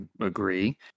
agree